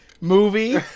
movie